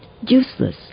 useless